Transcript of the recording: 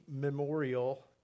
Memorial